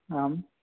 आम्